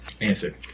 Answer